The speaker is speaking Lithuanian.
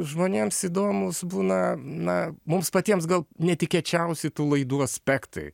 žmonėms įdomūs būna na mums patiems gal netikėčiausi tų laidų aspektai